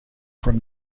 from